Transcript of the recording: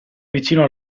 vicino